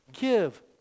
Give